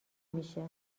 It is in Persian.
میشه